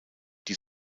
die